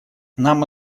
нам